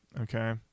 Okay